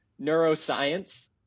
neuroscience